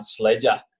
sledger